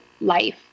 life